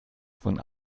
von